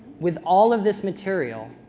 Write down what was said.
with all of this material,